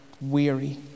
weary